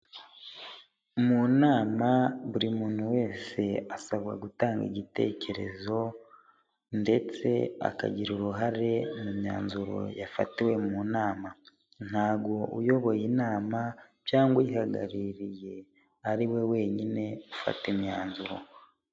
Mu nama buri muntu wese asabwa gutanga igitekerezo, ndetse akagira uruhare mu myanzuro yafatiwe mu nama. Ntabwo uyoboye inama, cyangwa uyihagarariye ariwe wenyine ufata imyanzuro.